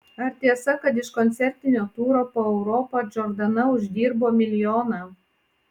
ar tiesa kad iš koncertinio turo po europą džordana uždirbo milijoną